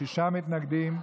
שישה מתנגדים.